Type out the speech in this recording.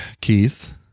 Keith